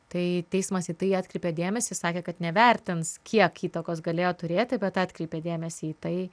tai teismas į tai atkreipia dėmesį sakė kad nevertins kiek įtakos galėjo turėti bet atkreipia dėmesį į tai